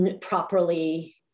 properly